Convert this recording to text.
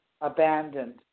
abandoned